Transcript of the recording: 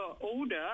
older